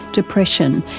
depression,